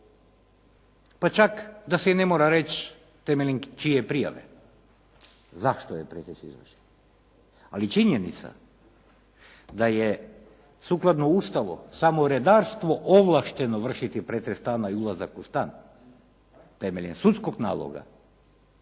pa čak da se i ne mora reći temeljem čije prijave, zašto je proces izvršen. Ali činjenica da je sukladno Ustavu samo redarstvo ovlašteno vršiti pretres stana i ulazak u stan temeljem sudskog naloga